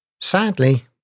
Sadly